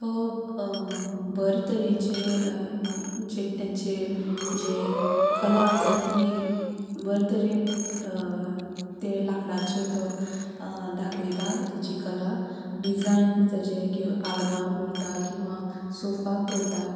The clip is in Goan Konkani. तो बरें तरेचे म्हणजे तेंचे जे कला आसा ती बरें तरेन ते लाकडांचेर तो दाखयता तेची कला डिझायन तेचे किंवां आलमार करता किंवां सोफा करता